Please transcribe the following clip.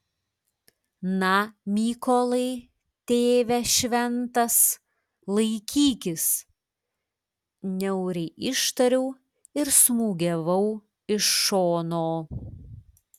na mykolai tėve šventas laikykis niauriai ištariau ir smūgiavau iš šono